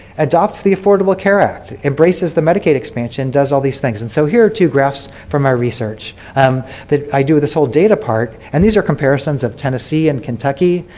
adopts the affordable care act, embraces the medicaid expansion, does all these things. and so here are two graphs from our research that i do this whole data part and these are comparisons of tennessee and kentucky,